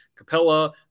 capella